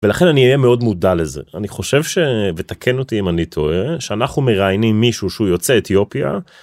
ולכן אני אהיה מאוד מודע לזה. ואני חושב שזה, ותקן אותי אם אני טועה, כשאנחנו מראיינים מישהו שהוא יוצא אתיופיה.